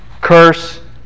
curse